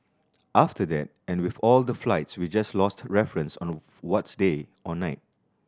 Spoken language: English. after that and with all the flights we just lost reference of what's day or night